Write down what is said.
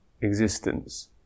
existence